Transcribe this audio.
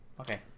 Okay